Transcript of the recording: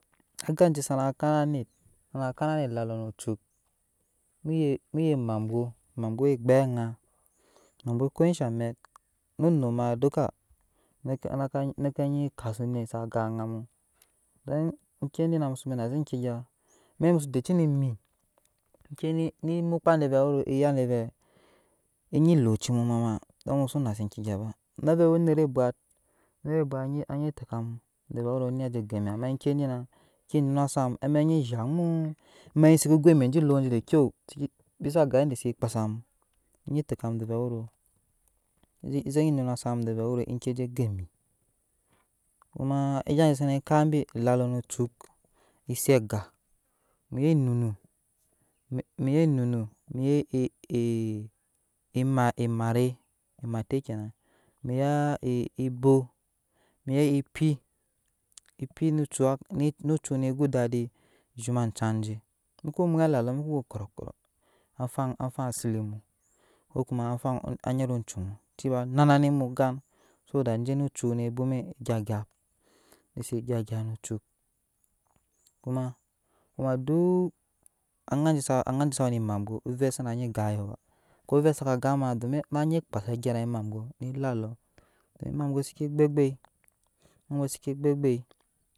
Agaje sana kana anet sanakanane lalo nucuk owe owe emabwo mabwo gbep aŋa mabwe ko sha mɛk no num ma duka naka naka nyi ka su anet sa gan aŋamu don eki dina musoko nase euke gya mɛk musu deci nemi iki nni mu kpa de vɛ wero ya de vɛ enyi lotci mu mama ida musu si nase enke gya ba na vɛ owe onet bwat onet bwat anyi tekamu ve wero eni ze go emi ama ki di na ki nuna sam amɛk nynɛ ezhaŋ mu amɛk si ke go emi je lon je de kyou ske bisa ga inde si kpa sam enyi nuna sam de vɛ wero eki ze go emi kuma egya je sene kan bi elaloo no ocuk ese aga mu ye enunu muye enumu muye e e emare emate kena maya e ebow muya ekpi ekpi no cuk hɛ no cuk ne go odadi zhoma ajan je mu mwɛt lalo moko go korɔkɔrɔ afan afan zilip mu ko kuma afan anyet acumu ciba nana ne mu gan so da je no cuk ne bwwoma agyap ese gyap agyap no cuk kuma kuma duk aŋaje sa aŋajesa we ne emabulo ovep sana nyi gan eyokɔ ba ko wep saka gan ma domi nanyi kpase agyeran emabwo ne lale emabwo seke gbegbei emabwo sekegbeagbei.